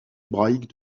hébraïque